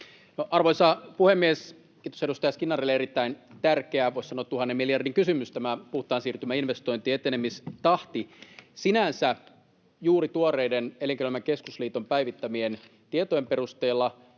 Arvoisa puhemies! Kiitos edustaja Skinnarille, erittäin tärkeä, voi sanoa tuhannen miljardin kysymys tämä puhtaan siirtymän investointien etenemistahti. Sinänsä juuri tuoreiden Elinkeinoelämän keskusliiton päivittämien tietojen perusteella